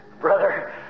Brother